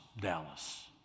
Dallas